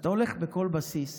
ואתה הולך בכל בסיס